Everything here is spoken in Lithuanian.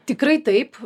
tikrai taip